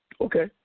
Okay